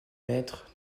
maîtres